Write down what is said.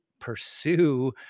pursue